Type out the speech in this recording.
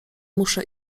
muszę